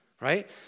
right